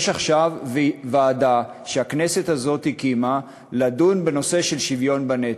יש עכשיו ועדה שהכנסת הזאת הקימה לדון בנושא של שוויון בנטל.